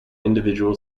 individual